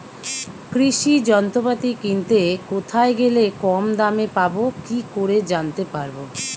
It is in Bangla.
কৃষি যন্ত্রপাতি কিনতে কোথায় গেলে কম দামে পাব কি করে জানতে পারব?